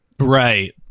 right